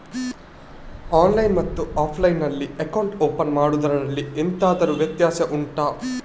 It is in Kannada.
ಆನ್ಲೈನ್ ಮತ್ತು ಆಫ್ಲೈನ್ ನಲ್ಲಿ ಅಕೌಂಟ್ ಓಪನ್ ಮಾಡುವುದರಲ್ಲಿ ಎಂತಾದರು ವ್ಯತ್ಯಾಸ ಉಂಟಾ